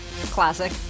Classic